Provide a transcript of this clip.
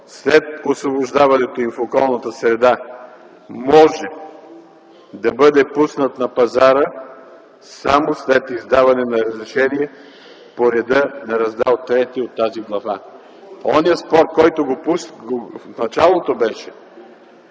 след освобождаването им в околната среда, може да бъде пуснат на пазара само след издаване на разрешение по реда на Раздел ІІІ от тази глава. Оня спор, който беше в началото,